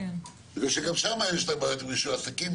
בגלל שגם שמה יש את הבעיות עם רישוי עסקים,